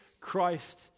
Christ